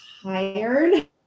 tired